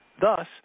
thus